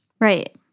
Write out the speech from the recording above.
Right